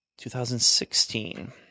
2016